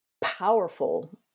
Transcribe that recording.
powerful